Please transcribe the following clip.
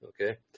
Okay